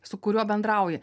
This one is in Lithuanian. su kuriuo bendrauja